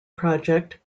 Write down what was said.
project